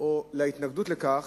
או להתנגדות לכך,